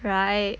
right